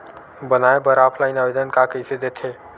बनाये बर ऑफलाइन आवेदन का कइसे दे थे?